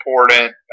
important